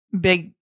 big